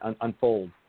unfold